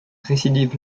récidive